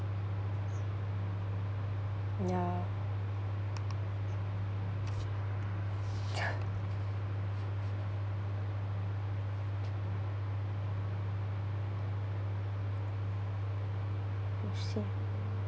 ya